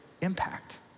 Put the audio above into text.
impact